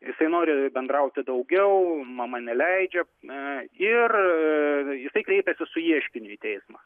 jisai nori bendrauti daugiau mama neleidžia na ir jisai kreipiasi su ieškiniu į teismą